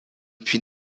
puis